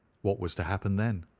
what was to happen then?